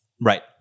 Right